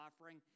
offering